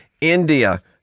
India